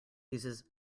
uses